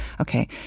Okay